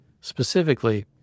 specifically